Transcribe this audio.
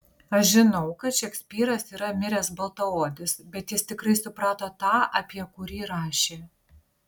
aš žinau kad šekspyras yra miręs baltaodis bet jis tikrai suprato tą apie kurį rašė